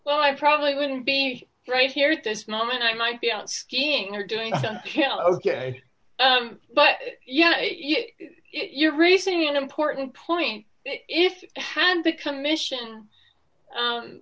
well i probably wouldn't be right here at this moment i might be out skiing or doing ok but yeah you're raising an important point if hand the commission